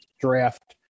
draft